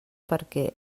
perquè